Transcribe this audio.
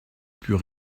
pus